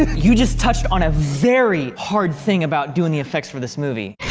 ah you just touched on a very hard thing about doing the effects for this movie.